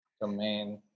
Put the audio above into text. domain